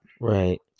Right